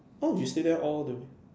oh you stay there all the